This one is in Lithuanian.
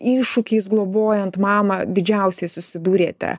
iššūkiais globojant mamą didžiausiai susidūrėte